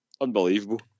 Unbelievable